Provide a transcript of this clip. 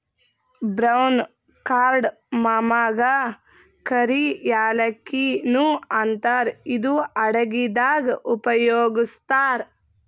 brown ಕಾರ್ಡಮಮಗಾ ಕರಿ ಯಾಲಕ್ಕಿ ನು ಅಂತಾರ್ ಇದು ಅಡಗಿದಾಗ್ ಉಪಯೋಗಸ್ತಾರ್